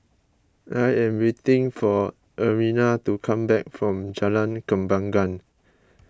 I am waiting for Ermina to come back from Jalan Kembangan